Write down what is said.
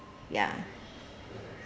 ya